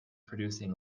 producing